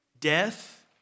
Death